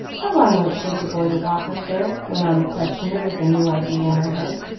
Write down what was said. how long would it take a boy to walk up there? went on the questioner, with a new idea in her head.